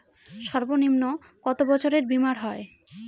সর্বনিম্ন কত বছরের বীমার হয়?